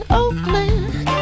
Oakland